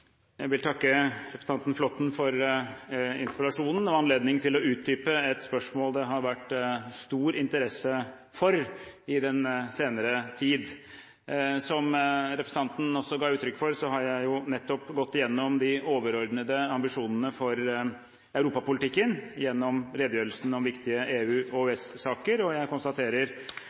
Jeg vil takke representanten Flåtten for interpellasjonen og anledningen til å utdype et spørsmål det har vært stor interesse for i den senere tid. Som representanten også ga uttrykk for, har jeg nettopp gått igjennom de overordnede ambisjonene for europapolitikken gjennom redegjørelsen om viktige EU- og EØS-saker, og jeg konstaterer